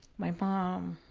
my mom.